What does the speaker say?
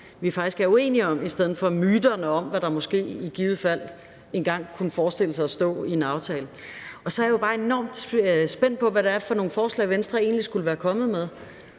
er uenige om, i stedet for at diskutere myterne om, hvad der måske og i givet fald engang kunne stå i en aftale. Så er jeg jo bare enormt spændt på, hvad det er for nogle forslag, Venstre egentlig skulle være kommet med.